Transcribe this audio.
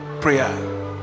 prayer